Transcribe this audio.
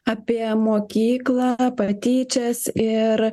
apie mokyklą patyčias ir